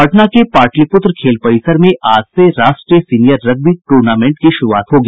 पटना के पाटलिपुत्र खेल परिसर में आज से राष्ट्रीय सीनियर रग्बी टूर्नामेंट की शुरूआत होगी